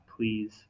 please